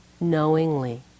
knowingly